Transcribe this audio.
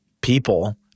people